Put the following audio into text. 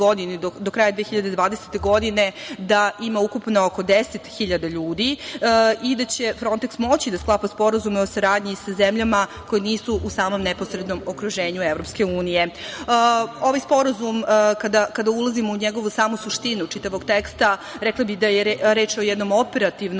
do kraja 2020. godine da ima ukupno oko 10.000 ljudi i da će "Fronteks" moći da sklapa sporazume o saradnji sa zemljama koje nisu u samom neposrednom okruženju EU.Ovaj sporazum, kada ulazimo u njegovu samu suštinu, čitavog teksta, rekla bih da je reč o jednom operativnom